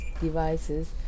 devices